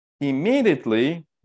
immediately